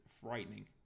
frightening